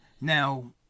Now